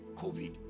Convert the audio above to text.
COVID